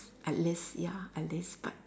at least ya at least but